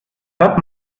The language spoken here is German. hört